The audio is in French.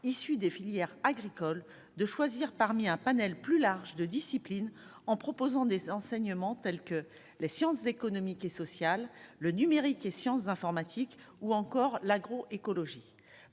issus des filières agricoles de choisir parmi un panel plus large de discipline en proposant des enseignements tels que les sciences économiques et sociales, le numérique et sciences de informatique ou encore l'agro-écologie